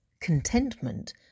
Contentment